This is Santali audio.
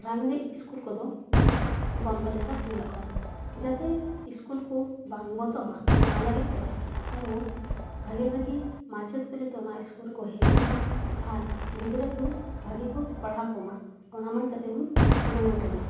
ᱯᱨᱟᱭᱢᱟᱨᱤ ᱤᱥᱠᱩᱞ ᱠᱚᱫᱚ ᱵᱚᱱᱫᱚ ᱞᱮᱠᱟ ᱧᱮᱞᱚᱜ ᱠᱟᱱᱟ ᱡᱟᱛᱮ ᱤᱥᱠᱩᱞ ᱠᱚ ᱵᱟᱝ ᱵᱚᱱᱫᱚᱜ ᱢᱟ ᱚᱱᱟ ᱞᱟ ᱜᱤᱫ ᱛᱮ ᱟᱵᱚ ᱵᱷᱟᱜᱮ ᱵᱷᱟᱜᱮ ᱢᱟᱪᱮᱫ ᱠᱚ ᱡᱚᱛᱚ ᱚᱱᱟ ᱤᱥᱠᱩᱞ ᱨᱮᱠᱚ ᱦᱤᱡᱩᱜ ᱢᱟ ᱟᱨ ᱜᱤᱫᱽᱨᱟᱹ ᱠᱚ ᱵᱷᱟᱜᱮ ᱠᱚ ᱯᱟᱲᱦᱟᱣ ᱠᱚᱢᱟ ᱚᱱᱟ ᱢᱚᱡᱽ ᱡᱟᱛᱮ ᱵᱚᱱ ᱠᱩᱨᱩᱴᱩᱭᱢᱟ